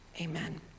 amen